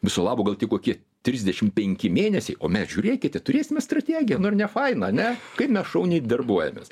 viso labo gal tik kokie trisdešimt penki mėnesiai o mes žiūrėkite turėsime strategiją nu ar ne faina ane kaip mes šauniai darbuojamės